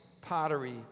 pottery